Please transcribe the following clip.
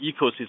ecosystem